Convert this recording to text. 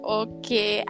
okay